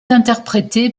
interprété